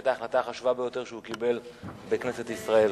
היתה ההחלטה החשובה ביותר שהוא קיבל בכנסת ישראל.